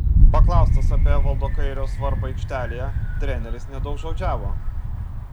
paklaustas apie evaldo kairio svarbą aikštėje treneris nedaugžodžiavo